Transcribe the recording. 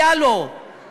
הייתה לו כוונה,